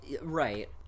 Right